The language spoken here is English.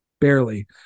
Barely